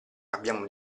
abbiamo